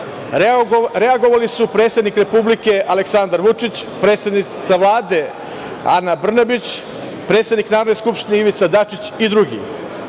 dana. Reagovali su predsednik Republike Aleksandar Vučić, predsednica Vlade Ana Brnabić, predsednik Narodne Skupštine Ivica Dačić i drugi.